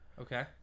Okay